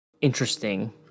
interesting